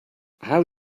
how